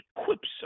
equips